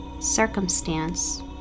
circumstance